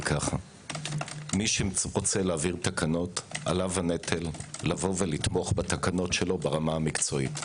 מי שרוצה להעביר תקנות עליו הנטל לתמוך בתקנות שלו ברמה המקצועית.